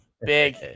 Big